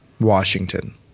Washington